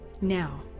Now